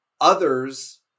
Others